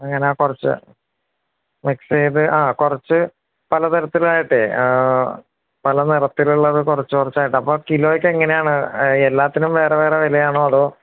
അങ്ങനെ കുറച്ച് മിക്സ് ചെയ്ത് ആ കുറച്ച് പലതരത്തിലായിട്ട് പലനിറത്തിലുള്ളത് കുറച്ച് കുറച്ചായിട്ട് അപ്പോള് കിലോയ്ക്ക് എങ്ങനെയാണ് എല്ലാത്തിനും വേറെ വേറെ വിലയാണോ അതോ